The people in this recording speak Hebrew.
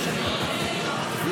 אמר.